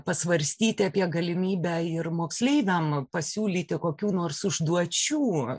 pasvarstyti apie galimybę ir moksleiviam pasiūlyti kokių nors užduočių